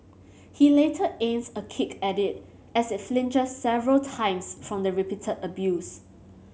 he later aims a kick at it as it flinches several times from the repeated abuse